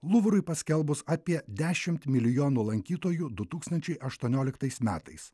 luvrui paskelbus apie dešimt milijonų lankytojų du tūkstančiai aštuonioliktais metais